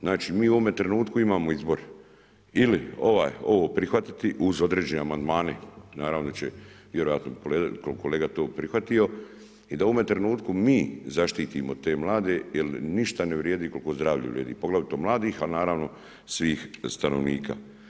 Znači mi u ovome trenutku imamo izbor ili ovo prihvatiti uz određene amandmane, naravno da će, vjerojatno je kolega to prihvatio i da u ovome trenutku mi zaštitimo te mlade jer ništa ne vrijedi koliko zdravlju vrijedi, poglavito mladih ali naravno i svih stanovnika.